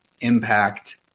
impact